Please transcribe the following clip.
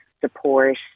support